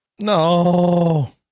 No